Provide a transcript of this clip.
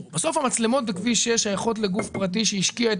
המצלמות בכביש 6 שייכות לגוף פרטי שהשקיע את